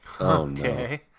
Okay